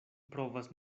provas